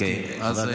כן.